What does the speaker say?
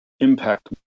impact